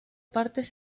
partes